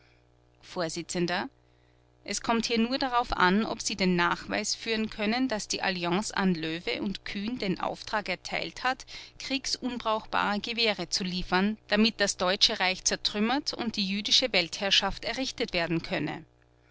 vors es kommt hier nur darauf an ob sie den nachweis führen können daß die alliance an löwe und kühn den auftrag erteilt hat kriegsunbrauchbare gewehre zu liefern damit das deutsche reich zertrümmert und die jüdische weltherrschaft errichtet werden könne